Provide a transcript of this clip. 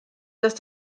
dass